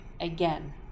again